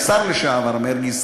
השר לשעבר מרגי,